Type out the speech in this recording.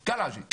כן קלעג'י.